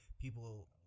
People